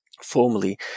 formally